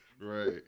Right